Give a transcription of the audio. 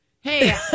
Hey